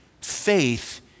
faith